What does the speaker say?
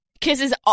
kisses